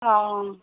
অঁ